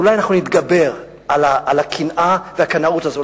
אולי אנחנו נתגבר על הקנאה ועל הקנאות הזאת.